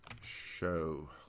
show